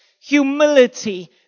humility